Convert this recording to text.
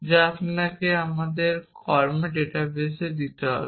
যা আপনাকে আমাদের কর্মের ডাটাবেস দিতে হবে